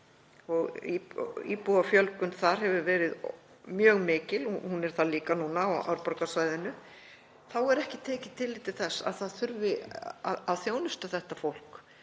og íbúafjölgun þar hefur verið mjög mikil, hún er það líka núna á Árborgarsvæðinu, þá er ekki tekið tillit til þess að það þurfi að þjónusta þetta fólk.